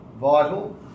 vital